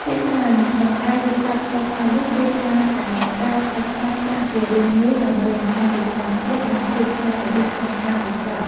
ភាគច្រើន ក្នុងការវេចខ្ចប់ស្ករត្នោតនេះ គេច្រើនតែប្រើស្លឹកត្នោតចាក់ជារាងមូល ដើម្បីបង្ហាញពីធម្មជាតិ និងភាពច្នៃប្រឌិតក្នុងការវេចខ្ចប់។